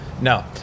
No